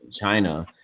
China